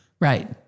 Right